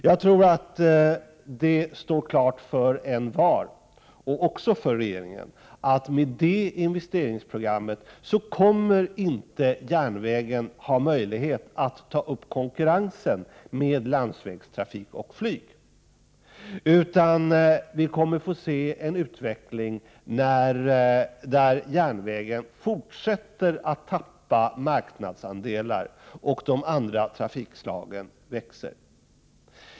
Jag tror att det står klart för envar, också för regeringen, att järnvägen, med detta investeringsprogram, inte kommer att ha möjlighet att ta upp konkurrensen med landsvägstrafiken och flyget. I stället kommer detta att leda till en utveckling där järnvägen fortsätter att förlora marknadsandelar, medan de andra trafikslagen ökar i omfattning.